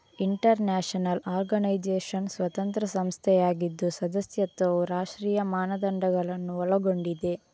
inter national organisation ಸ್ವತಂತ್ರ ಸಂಸ್ಥೆಯಾಗಿದ್ದು ಸದಸ್ಯತ್ವವು ರಾಷ್ಟ್ರೀಯ ಮಾನದಂಡಗಳನ್ನು ಒಳಗೊಂಡಿದೆ